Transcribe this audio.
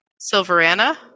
silverana